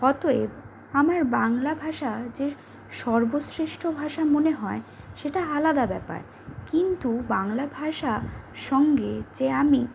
অতএব আমার বাংলা ভাষা যে সর্বশ্রেষ্ঠ ভাষা মনে হয় সেটা আলাদা ব্যাপার কিন্তু বাংলা ভাষা সঙ্গে যে আমি